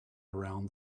around